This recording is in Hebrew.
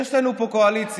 יש לנו פה קואליציה,